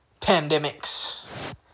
pandemics